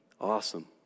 Awesome